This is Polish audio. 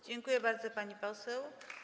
Dziękuję bardzo, pani poseł.